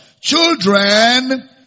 Children